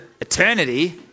eternity